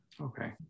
okay